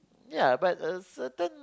ya but a certain